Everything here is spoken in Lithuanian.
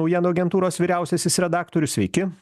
naujienų agentūros vyriausiasis redaktorius sveiki